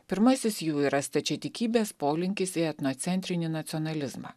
pirmasis jų yra stačiatikybės polinkis į etnocentrinį nacionalizmą